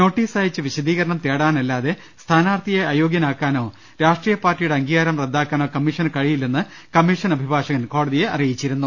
notice അയച്ച് വിശദീകരണം തേടാനല്ലാതെ സ്ഥാനാർത്ഥിയെ അയോഗ്യനാക്കാനോ രാഷ്ട്രീയ പാർട്ടിയുടെ അംഗീകാരം റദ്ദാ ക്കാനോ കമ്മീഷന് കഴിയില്ലെന്ന് കമ്മീഷന്റെ അഭിഭാഷകൻ കോട തിയെ അറിയിച്ചിരുന്നു